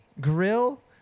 grill